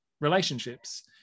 relationships